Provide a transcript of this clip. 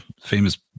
famous